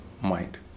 mind